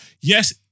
Yes